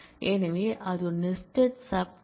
எனவே அது ஒரு நெஸ்டட் சப் க்வரி